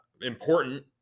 important